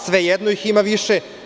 Svejedno ih ima više.